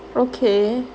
okay